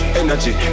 energy